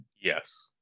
Yes